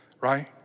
right